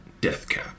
Deathcap